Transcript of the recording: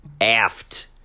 Aft